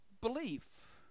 belief